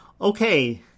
Okay